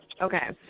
Okay